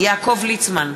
יעקב ליצמן,